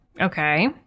Okay